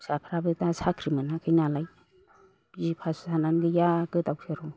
फिसाफ्राबो दा साख्रि मोनाखै नालाय बि ए पास जानानै गैया गोदाव सोराव